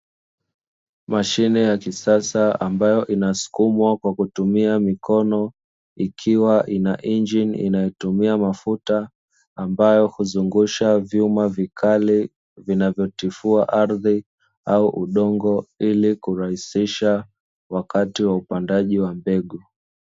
Mashine ya kisasa ambayo inasukumwa kwa kutumia mikono, ikiwa inainjini inayotumia mafuta ambayo huzungusha vyuma vikali vinavyotifua ardhi au udongo ili kurahisisha wakati wa upandaji wa mbegu.